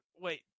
wait